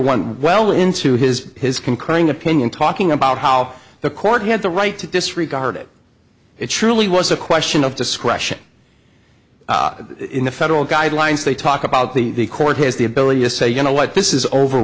one well into his his concurring opinion talking about how the court had the right to disregard it it truly was a question of discretion in the federal guidelines they talk about the court has the ability to say you know what this is over